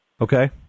Okay